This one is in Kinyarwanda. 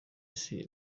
isi